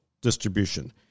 distribution